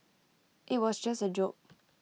IT was just A joke